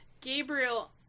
gabriel